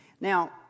Now